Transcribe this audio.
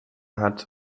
hat